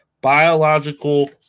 biological